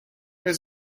his